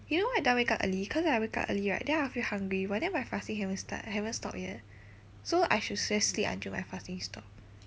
you know why I don't want to wake up early cause when I wake up early right then I'll feel hungry but then my fasting haven't start haven't stop yet so I should just sleep until my fasting stop